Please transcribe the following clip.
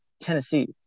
Tennessee